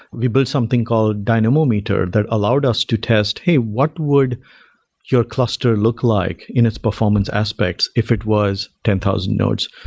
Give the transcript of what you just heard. we built called something called dynamometer that allowed us to test, hey, what would your cluster look like in its performance aspect if it was ten thousand nodes?